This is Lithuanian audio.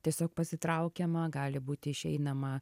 tiesiog pasitraukiama gali būti išeinama